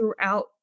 throughout